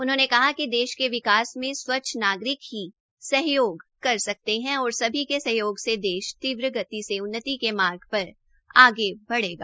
उन्होंने कहा कि देश के विकास में स्वच्छ नागरिक ही सहयोग कर सकते ह और सभी के सहयोग से देश तीव्र गति से उन्नति के मार्ग पर आगे बढ़ेगा